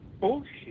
bullshit